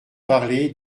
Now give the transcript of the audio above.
parler